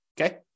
okay